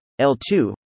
L2